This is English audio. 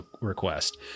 request